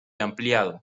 ampliado